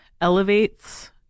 elevates